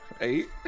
Eight